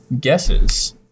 guesses